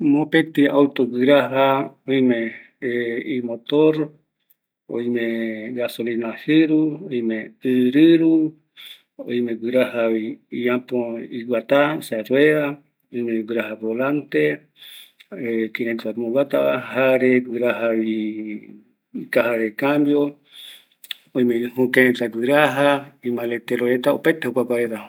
﻿Mopetï auto guiraja oime imotor, oime gasolina jɨru, oime ɨrɨru, oime guirajavi iapo iguata, rueda oimevi guiraja volante kiraita omboguatava jare guirajavi icaja de cambio oimevi jökë reta guiraja, imaletero reta, opaete joku jokua reta